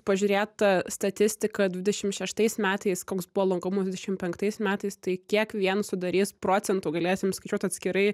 pažiūrėta statistika dvidešim šeštais metais koks buvo lankomumas dvidešim penktais metais tai kiek vien sudarys procentų galėsim skaičiuot atskirai